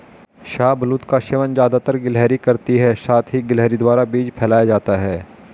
शाहबलूत का सेवन ज़्यादातर गिलहरी करती है साथ ही गिलहरी द्वारा बीज फैलाया जाता है